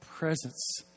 Presence